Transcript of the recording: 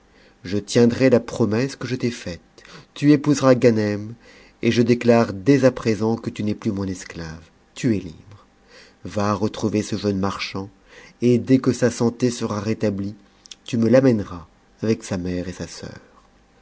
je tiendrai la promesse que je t'ai faite tu épouseras ganem et je déclare dès à présent que tu n'es plus mon esclave tu es libre va retrouver ce jeune marchand et dès que sa santé sera rétablie tu me l'amèneras avec sa mère et sa soeur